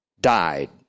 died